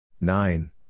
nine